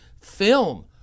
film